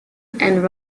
and